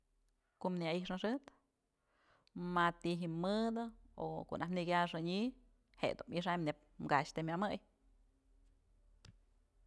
Ko'o na'a ya i'ix naxëp ma'a ti'i ji'im mëdë o ko'o najtyë nëkyaxanyë je'e dun mixam neyb ka'ax të myëmëy.